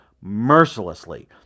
mercilessly